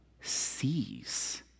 sees